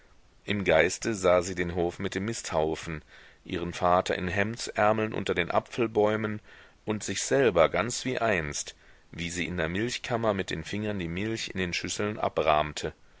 im geiste sah sie den hof mit dem misthaufen ihren vater in hemdsärmeln unter den apfelbäumen und sich selber ganz wie einst wie sie in der milchkammer mit den fingern die milch in den schüsseln abrahmte